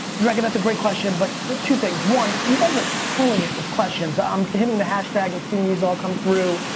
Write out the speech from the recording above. drekken, that's a great question, but two things. one, you guys are killing it with questions. i'm hitting the hashtags and seeing these all come through,